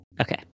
Okay